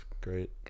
great